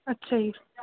ਅੱਛਾ ਜੀ